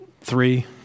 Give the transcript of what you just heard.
three